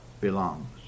belongs